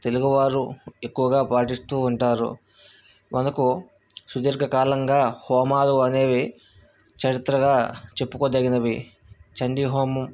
తెలుగువారు ఎక్కువుగా పాటిస్తూ ఉంటారు మనకు సుదీర్ఘకాలంగా హోమాలు అనేవి చరిత్రగా చెప్పుకోదగినవి చండీ హోమం